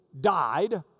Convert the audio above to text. died